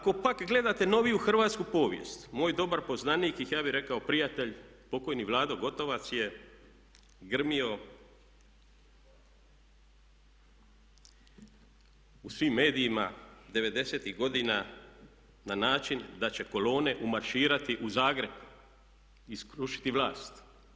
Ako pak gledate noviju hrvatsku povijest, moj dobar poznanik i ja bih rekao prijatelj, pokojni Vlado Gotovac je grmio u svim medijima '90.-tih godina na način da će kolone umarširati u Zagreb i srušiti vlast.